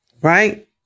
Right